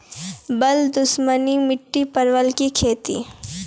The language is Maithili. बल दुश्मनी मिट्टी परवल की खेती?